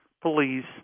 police